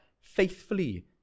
faithfully